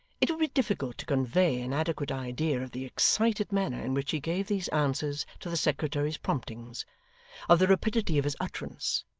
it would be difficult to convey an adequate idea of the excited manner in which he gave these answers to the secretary's promptings of the rapidity of his utterance,